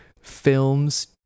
films